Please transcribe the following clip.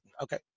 Okay